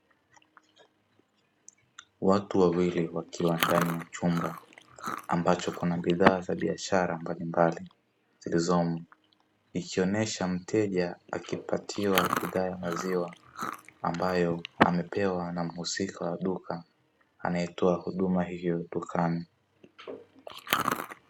Watu wawili wakiwa ndani ya chumba ambacho kuna bidhaa za biashara mbalimbali zilizomo, ikionesha mteja akipatiwa bidhaa ya maziwa ambayo amepewa na muhusika wa duka anayetoa huduma hiyo dukani.